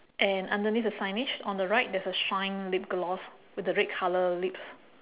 and underneath the signage on the right there's a shine lip gloss with the red colour lips